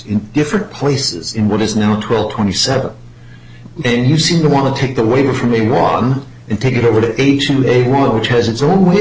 in different places in what is now twelve twenty seven in you seem to want to take away from me one and take it over to a to a group which has its own way